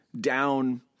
down